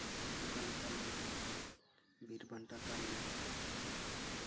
ᱥᱤᱫᱩ ᱠᱟᱹᱱᱦᱩ ᱛᱟᱞᱢᱟ ᱵᱤᱨ ᱵᱟᱱᱴᱟ ᱛᱟᱞᱢᱟ